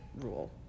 rule